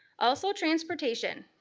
also, transportation.